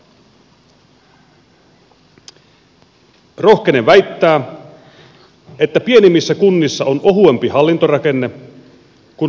rohkenen väittää että pienemmissä kunnissa on ohuempi hallintorakenne kuin suuremmissa kunnissa